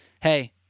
hey